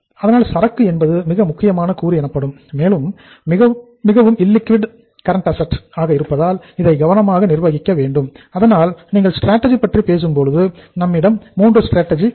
அதனால் சரக்கு என்பது மிக முக்கியமான கூறு எனப்படும் மேலும் மிகவும் இல்லிக்விட் கரண்ட் அசட் உள்ளன